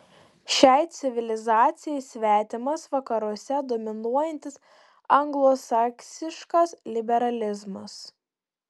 šiai civilizacijai svetimas vakaruose dominuojantis anglosaksiškas liberalizmas